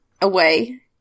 away